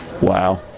Wow